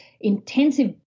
intensive